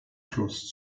fluss